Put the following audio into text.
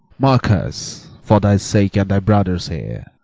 marcus, for thy sake, and thy brother's here,